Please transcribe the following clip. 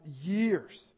years